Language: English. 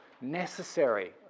necessary